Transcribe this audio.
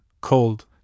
cold